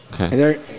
Okay